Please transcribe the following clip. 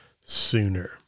sooner